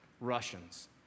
Russians